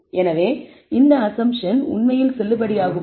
எனவே இந்த அஸம்ப்ஷன் உண்மையில் செல்லுபடியாகுமா